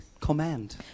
command